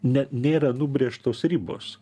ne nėra nubrėžtos ribos